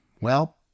Well